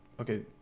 okay